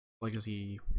legacy